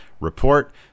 report